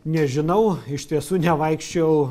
nežinau iš tiesų nevaikščiojau